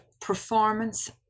performance